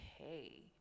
okay